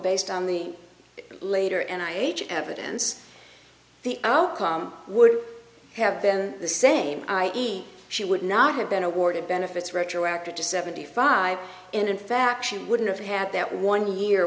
based on the later and i h evidence the outcome would have been the same i e she would not have been awarded benefits retroactive to seventy five in fact she wouldn't have had that one year